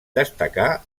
destacar